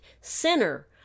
sinner